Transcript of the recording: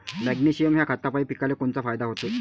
Magnesium ह्या खतापायी पिकाले कोनचा फायदा होते?